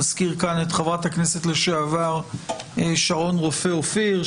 נזכיר כאן את חברת הכנסת לשעבר שרון רופא אופיר,